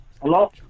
Hello